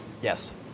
Yes